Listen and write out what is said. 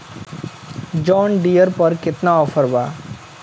John Deere पर केतना offer बा?